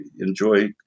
enjoy